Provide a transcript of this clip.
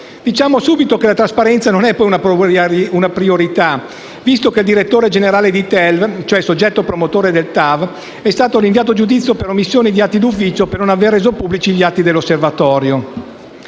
Diciamo subito che la trasparenza non è una priorità, visto che il direttore generale di TELT (tunnel euralpin Lyon Turin), cioè il soggetto promotore del TAV, è stato rinviato a giudizio per omissione di atti d'ufficio, per non aver reso pubblici gli atti dell'Osservatorio.